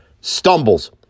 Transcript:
Stumbles